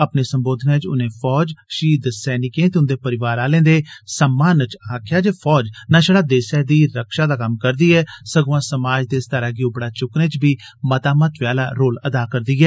अपने संबोधन च उनें फौज शहीद सैनिकें ते उंदे परिवार आलें दे सम्मान च आक्खेआ जे फौज ना छड़ा देसै दी रक्षा दा कम्म करदी ऐ सगुआं समाज देस्तरै गी उबड़ा चुक्कने च बी मता महत्वै आला रोल अदा करै करदी ऐ